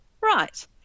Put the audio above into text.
right